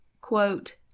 quote